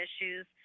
issues